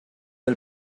del